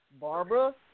Barbara